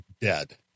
dead